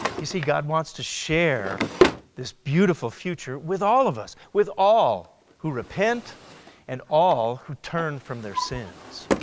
you see god wants to share this beautiful future with all of us. with all who repent and with all who turn from their sins.